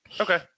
Okay